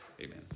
amen